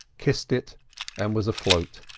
kissed it and was afloat.